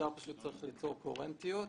צריך ליצור קוהרנטיות.